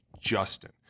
justin